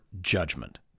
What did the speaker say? judgment